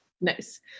Nice